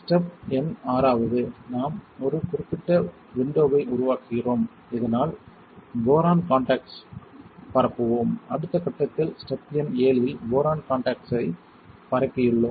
step எண் ஆறாவது நாம் ஒரு விண்டோவை உருவாக்குகிறோம் இதனால் போரான் காண்டாக்ட்ஸ்ஸைப் பரப்புவோம் அடுத்த கட்டத்தில் ஸ்டெப் எண் 7 இல் போரான் காண்டாக்ட்ஸ்ஸைப் பரப்பியுள்ளோம்